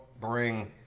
bring